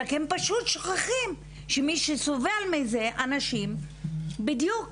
והם רק פשוט שוכחים שמי שסובל מזה זה אנשים שבדיוק